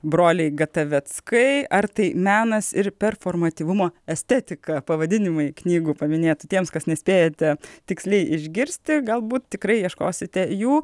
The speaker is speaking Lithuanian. broliai gataveckai ar tai menas ir performatyvumo estetika pavadinimai knygų paminėtų tiems kas nespėjote tiksliai išgirsti galbūt tikrai ieškosite jų